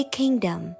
kingdom